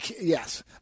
yes